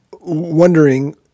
wondering